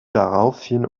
daraufhin